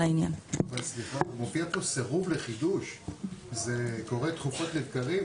אבל סירוב לחידוש קורה לרוב המפעלים.